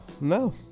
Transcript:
no